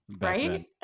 Right